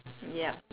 ya